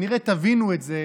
כנראה תבינו את זה